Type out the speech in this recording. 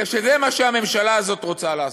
כי זה מה שהממשלה הזאת רוצה לעשות.